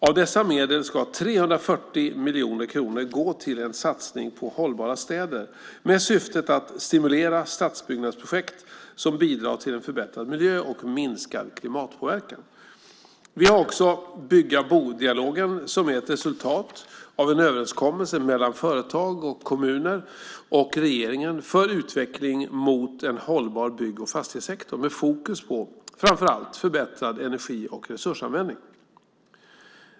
Av dessa medel ska 340 miljoner kronor gå till en satsning på hållbara städer med syftet att stimulera stadsbyggnadsprojekt som bidrar till en förbättrad miljö och minskad klimatpåverkan. Vi har också Bygga-bo-dialogen som är ett resultat av en överenskommelse mellan företag, kommuner och regeringen för utveckling mot en hållbar bygg och fastighetssektor med fokus på framförallt förbättrad energi och resursanvändning.